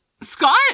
Scott